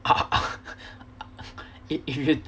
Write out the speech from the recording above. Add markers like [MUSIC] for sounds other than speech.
[NOISE]